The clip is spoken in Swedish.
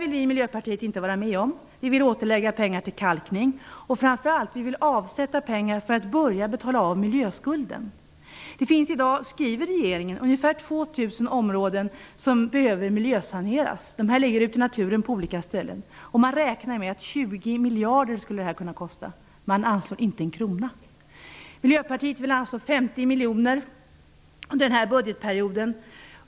Vi i Miljöpartiet vill inte vara med om det. Vi vill återlägga pengar till kalkning, och framför allt vill vi avsätta pengar för att börja betala av miljöskulden. Regeringen skriver att det i dag finns ungefär 2 000 områden som behöver miljösaneras. Dessa områden ligger ute i naturen på olika ställen. Man räknar med att detta skulle kunna kosta 20 miljarder. Man anslår inte en krona till det. Miljöpartiet vill anslå 50 miljoner under den här budgetperioden.